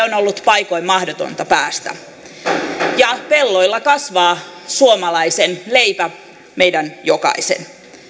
on ollut paikoin mahdotonta päästä ja pelloilla kasvaa suomalaisen leipä meidän jokaisen